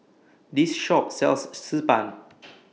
This Shop sells Xi Ban